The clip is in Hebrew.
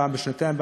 פעם בשנתיים,